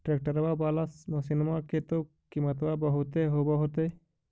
ट्रैक्टरबा बाला मसिन्मा के तो किमत्बा बहुते होब होतै?